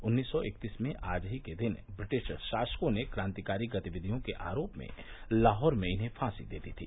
उन्नीस सौ इकतीस में आज ही के दिन ब्रिटिश शासकों ने क्रांतिकारी गतिविधियों के आरोप में लाहौर में इन्हें फांसी दे दी थी